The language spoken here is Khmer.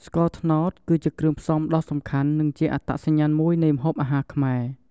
ស្ករត្នោត គឺជាគ្រឿងផ្សំដ៏សំខាន់ និងជាអត្តសញ្ញាណមួយនៃម្ហូបអាហារខ្មែរ។